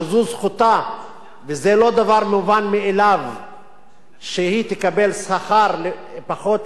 וזה לא דבר מובן מאליו שהיא תקבל שכר פחות מעמיתה לעבודה,